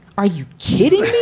are you kidding?